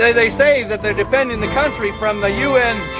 they they say that they're defending the country from the u n.